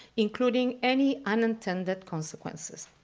including any unintended consequences.